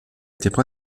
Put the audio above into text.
étaient